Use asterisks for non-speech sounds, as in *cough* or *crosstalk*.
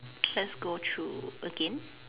*noise* let's go through again